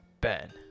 Ben